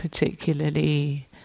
Particularly